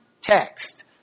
text